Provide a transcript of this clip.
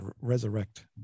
Resurrect